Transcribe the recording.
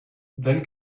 then